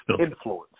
influence